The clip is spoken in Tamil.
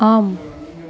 ஆம்